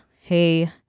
hey